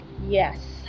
yes